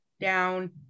down